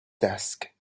desk